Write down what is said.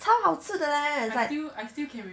超好吃的 leh is like